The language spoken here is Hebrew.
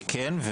כן.